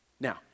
Now